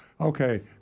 okay